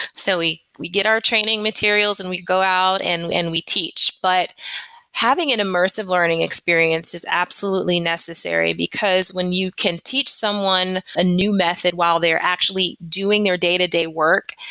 so we we get our training materials and we go out and we teach. but having an immersive learning experience is absolutely necessary, because when you can teach someone a new method while they're actually doing their day-to-day work,